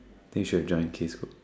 then should have join case cook